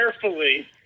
carefully